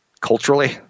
culturally